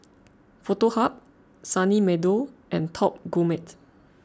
Foto Hub Sunny Meadow and Top Gourmet